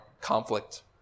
conflict